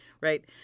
Right